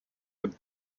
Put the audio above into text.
with